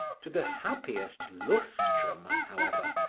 to the happiest lustrum, however,